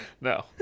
No